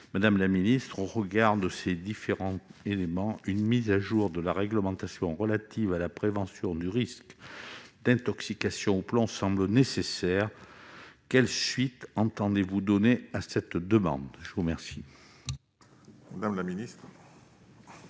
Madame la secrétaire d'État, au regard de ces différents éléments, une mise à jour de la réglementation relative à la prévention du risque d'intoxication au plomb semble nécessaire. Quelle suite entendez-vous donner à cette demande ? La parole est à Mme la secrétaire